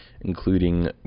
including